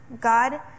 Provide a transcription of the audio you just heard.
God